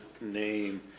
name